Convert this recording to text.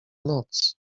noc